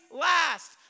last